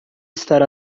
estar